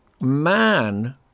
man